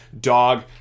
Dog